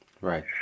Right